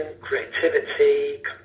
creativity